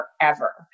forever